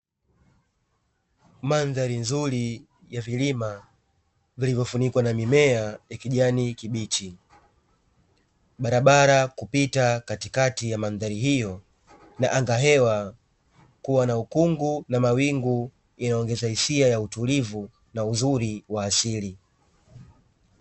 Mandhari nzuri ya vilima vilivyofunikwa na mimea ya kijani kibichi, barabara kupita katikati ya mandhari hiyo na anga hewa kuwa na ukungu na mawingu inaongeza hisia ya utulivu na uzuri wa asili.